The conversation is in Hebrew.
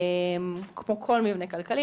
כמו כל מבנה כלכלי,